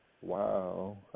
Wow